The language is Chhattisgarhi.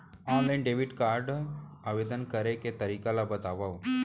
ऑनलाइन डेबिट कारड आवेदन करे के तरीका ल बतावव?